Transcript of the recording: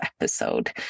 episode